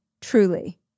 truly